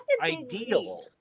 ideal